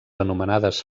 anomenades